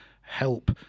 help